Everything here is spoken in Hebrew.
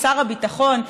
שר הביטחון.